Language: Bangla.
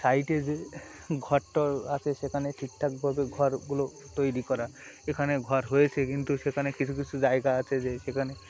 সাইডে যে ঘর টর আছে সেখানে ঠিক ঠাকভাবে ঘরগুলো তৈরি করা এখানে ঘর হয়েছে কিন্তু সেখানে কিছু কিছু জায়গা আছে যে সেখানে